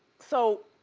so,